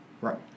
right